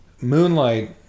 Moonlight